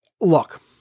Look